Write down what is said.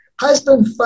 Husband